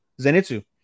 Zenitsu